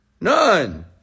None